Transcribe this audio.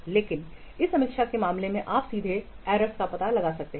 लेकिन इस समीक्षा के मामले में आप सीधे एरर्स का पता लगा सकते हैं